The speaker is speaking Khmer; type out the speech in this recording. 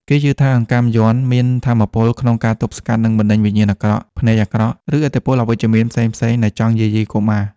គេជឿថាអង្កាំយ័ន្តមានថាមពលក្នុងការទប់ស្កាត់ និងបណ្តេញវិញ្ញាណអាក្រក់ ភ្នែកអាក្រក់ ឬឥទ្ធិពលអវិជ្ជមានផ្សេងៗដែលចង់យាយីកុមារ។